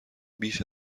بیش